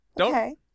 Okay